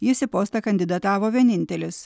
jis į postą kandidatavo vienintelis